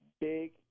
Big